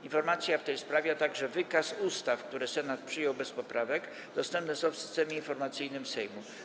Informacja w tej sprawie, a także wykaz ustaw, które Senat przyjął bez poprawek, dostępne są w Systemie Informacyjnym Sejmu.